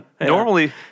normally